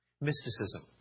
mysticism